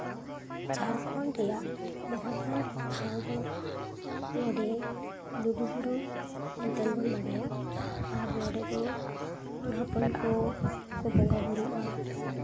ᱡᱷᱟᱲᱠᱷᱚᱸᱰ ᱨᱮᱭᱟᱜ ᱢᱚᱦᱚᱛᱟᱱ ᱴᱷᱟᱶ ᱫᱚ ᱱᱚᱰᱮ ᱞᱩᱜᱩᱼᱵᱩᱨᱩ ᱢᱮᱱᱛᱮᱱ ᱵᱚᱱ ᱵᱟᱲᱟᱭᱟ ᱟᱨ ᱱᱚᱰᱮ ᱫᱚ ᱦᱚᱲ ᱦᱚᱯᱚᱱ ᱠᱚ ᱠᱚ ᱵᱚᱸᱜᱟ ᱵᱳᱨᱳᱜᱼᱟ